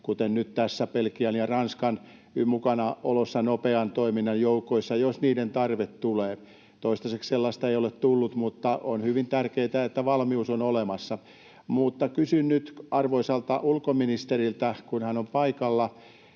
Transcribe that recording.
kuten nyt tässä Belgian ja Ranskan, nopean toiminnan joukoissa, jos niiden tarve tulee. Toistaiseksi sellaista ei ole tullut, mutta on hyvin tärkeätä, että valmius on olemassa. Mutta kysyn nyt arvoisalta ulkoministeriltä, kun hän on paikalla: